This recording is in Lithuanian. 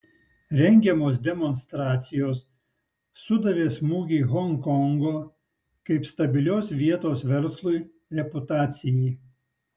rengiamos demonstracijos sudavė smūgį honkongo kaip stabilios vietos verslui reputacijai